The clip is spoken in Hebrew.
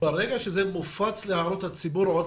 ברגע שזה מופץ להערות הציבור אני מקווה עוד